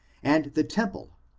and the temple,